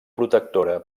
protectora